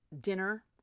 dinner